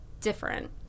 different